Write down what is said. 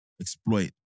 exploit